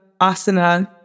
asana